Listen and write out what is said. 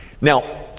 Now